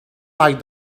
like